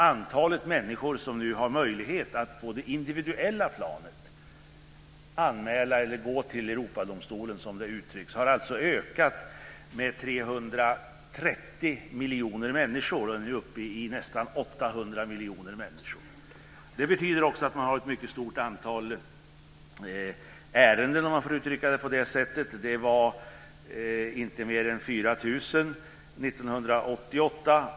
Antalet människor som nu har möjlighet att på det individuella planet anmäla eller gå till Europadomstolen, som det uttrycks, har alltså ökat med 330 miljoner människor och är nu uppe i nästan 800 Det betyder också att man har ett mycket stort antal ärenden. Det var inte mer än 4 000 år 1988.